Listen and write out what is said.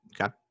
Okay